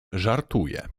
żartuje